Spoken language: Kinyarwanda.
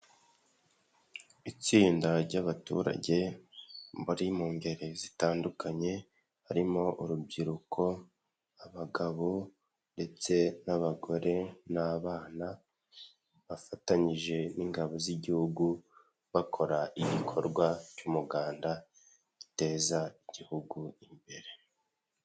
Itsinda ry'abaturage bari mu ngeri zitandukanye, harimo urubyiruko, abagabo ndetse n'abagore n'abana bafatanyije n'ingabo z'igihugu bakora igikorwa cy'umuganda giteza igihugu imbere.